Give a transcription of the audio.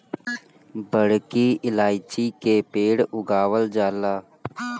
बड़की इलायची के पेड़ उगावल जाला